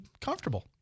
comfortable